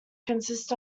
consists